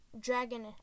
dragon